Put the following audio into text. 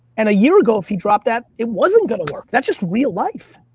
and a year ago, if he dropped that, it wasn't gonna work. that's just real life.